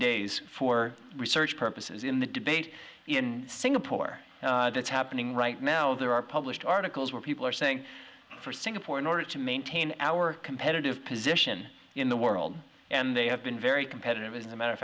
days for research purposes in the debate in singapore that's happening right now there are published articles where people are saying for singapore in order to maintain our competitive position in the world and they have been very competitive in the matter of